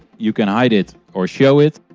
you can hide it or show it.